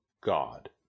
God